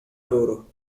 loro